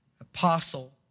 apostle